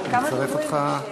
אני אצרף אותך.